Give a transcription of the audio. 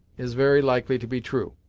is very likely to be true.